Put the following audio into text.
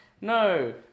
no